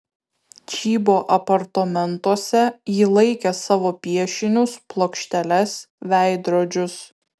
čybo apartamentuose ji laikė savo piešinius plokšteles veidrodžius